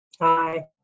Hi